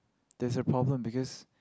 there's a problem because